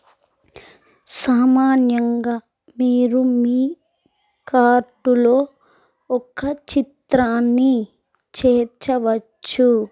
సామాన్యంగా మీరు మీ కార్టులో ఒక చిత్రాన్ని చేర్చవచ్చు